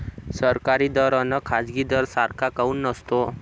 सरकारी दर अन खाजगी दर सारखा काऊन नसतो?